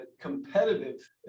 competitive